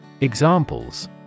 Examples